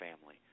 family